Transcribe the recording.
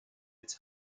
its